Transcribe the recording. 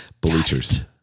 bleachers